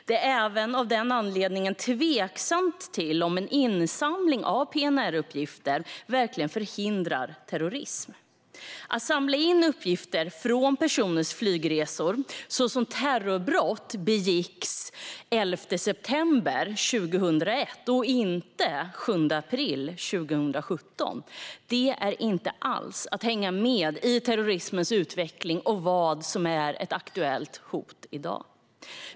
Det är även av den anledningen tveksamt om en insamling av PNR-uppgifter verkligen förhindrar terrorism. Att samla in uppgifter från personers flygresor med tanke på hur terrorbrott begicks den 11 september 2001, och inte den 7 april 2017, är att inte alls hänga med i terrorismens utveckling och vad som är ett aktuellt hot i dag.